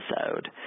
episode